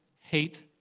hate